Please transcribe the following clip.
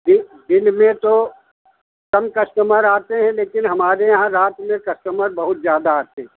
दि दिन में तो कम कस्टमर आते हैं लेकिन हमारे यहाँ रात में कस्टमर बहुत ज्यादा आते हैं